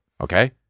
Okay